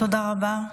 תודה רבה.